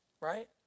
right